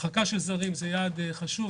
הרחקה של זרים זה יעד חשוב,